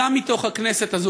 גם מתוך הכנסת הזאת,